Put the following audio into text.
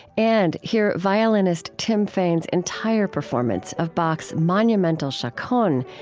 and, hear violinist tim fain's entire performance of bach's monumental chaconne,